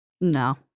no